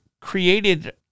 created